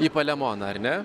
į palemoną ar ne